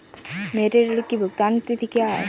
मेरे ऋण की भुगतान तिथि क्या है?